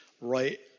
right